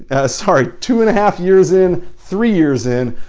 and sorry, two and a half years in, three years in,